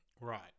Right